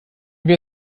wäre